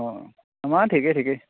অঁ আমাৰ ঠিকেই ঠিকেই